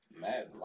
Mad